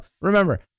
remember